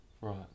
Right